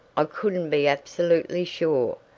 i couldn't be absolutely sure,